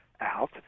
out